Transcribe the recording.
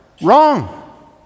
wrong